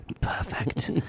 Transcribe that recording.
Perfect